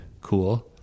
Cool